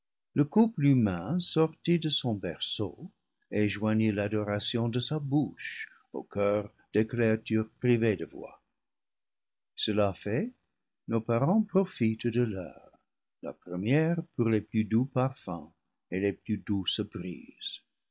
le couple humain sortit de son berceau et joignit l'adoration de sa bouche au choeur des créatures privées de voix cela fait nos parents profitent de l'heure la première pour les plus doux parfums et les plus douces brises